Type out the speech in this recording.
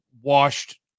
washed